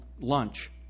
lunch